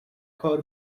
کار